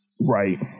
Right